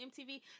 MTV